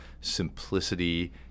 simplicity